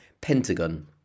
Pentagon